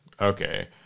Okay